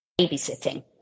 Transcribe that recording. Babysitting